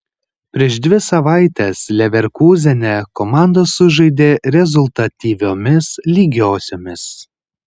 prieš dvi savaites leverkūzene komandos sužaidė rezultatyviomis lygiosiomis